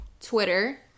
Twitter